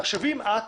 תחשבי שאת